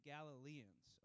Galileans